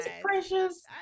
precious